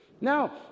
Now